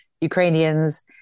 Ukrainians